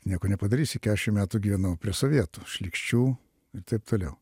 nieko nepadarysi keturiasdešim metų gyvenau prie sovietų šlykščių ir taip toliau